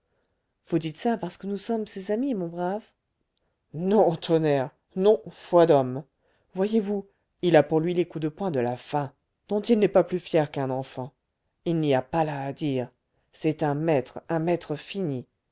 vous dites ça parce que nous sommes ses amis mon brave non tonnerre non foi d'homme voyez-vous il a pour lui les coups de poing de la fin dont il n'est pas plus fier qu'un enfant il n'y a pas là à dire c'est un maître un maître fini